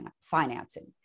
financing